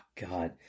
God